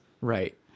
right